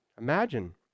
imagine